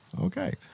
Okay